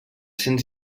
cents